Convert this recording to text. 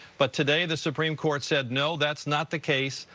but today, the supreme court said, no, that's not the case.